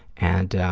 and